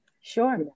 Sure